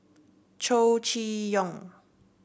Chow Chee Yong